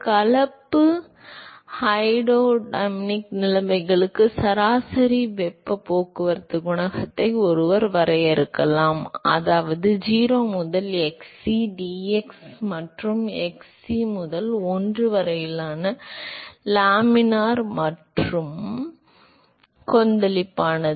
கலப்பு ஹைட்ரோடைனமிக் நிலைமைகளுக்கான சராசரி வெப்பப் போக்குவரத்துக் குணகத்தை ஒருவர் வரையறுக்கலாம் அதாவது 0 முதல் xe dx மற்றும் x c முதல் l வரை லாமினார் மற்றும் கொந்தளிப்பானது